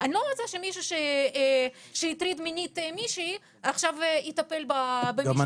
אני לא רוצה שמישהו שהטריד מינית מישהי עכשיו יטפל במישהי חצי מעולפת.